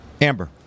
Amber